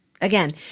Again